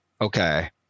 okay